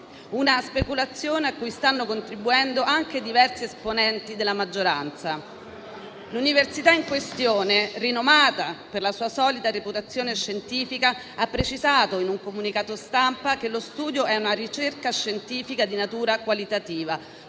una speculazione a cui stanno contribuendo anche diversi esponenti della maggioranza. L'università in questione, rinomata per la sua solida reputazione scientifica, ha precisato in un comunicato stampa che lo studio è una ricerca scientifica di natura qualitativa,